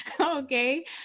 okay